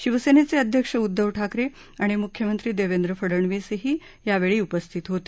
शिवसेनेचे अध्यक्ष उद्दव ठाकरे आणि मुख्यमंत्री देवेंद्र फडनवीसही यावेळी उपस्थित होते